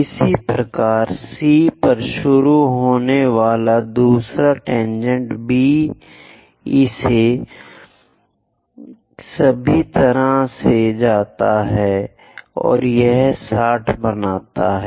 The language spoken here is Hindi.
इसी प्रकार C पर शुरू होने वाला दूसरा टेनजेंट B से सभी तरह से जाता है यह भी 60 बनाता है